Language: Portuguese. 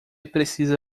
precisa